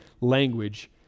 language